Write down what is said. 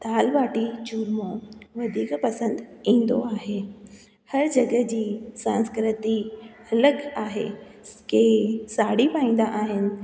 दाल ॿाटी चूरमो वधीक पसंदि ईंदो आहे हरु जॻह जी सांस्कृति अलॻि आहे के साड़ी पाईंदा आहिनि